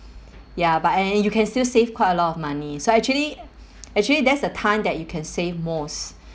ya but and you can still save quite a lot of money so actually actually there's a time that you can save most